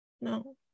no